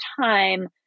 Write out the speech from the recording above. time